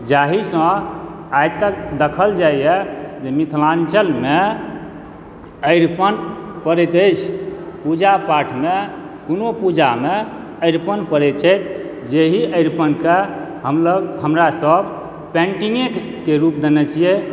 जाहिसँ आइ तक देखल जाइया जे मिथिलाञ्चलमे अरिपन पड़ैत अछि पूजापाठमे कोनो पुजामे अरिपन पड़ै छै जेहि अरिपन के हमलोग हमरा सब पैंटिंगे के रुप देने छियै